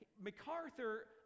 MacArthur